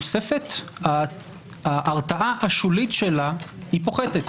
כל שנה נוספת ההרתעה השולית שלה היא פוחתת,